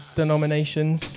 denominations